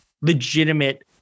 legitimate